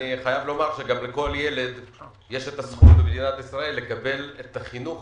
אני חייב לומר שלכל ילד יש את הזכות במדינת ישראל לקבל את החינוך